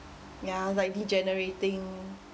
ya like degenerating